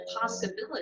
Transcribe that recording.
possibility